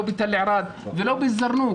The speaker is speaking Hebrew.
לא בתל ערד ולא בזרנוג.